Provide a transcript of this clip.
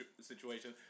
situation